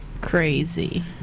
crazy